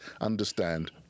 understand